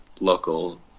local